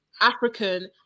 african